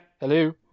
hello